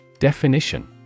Definition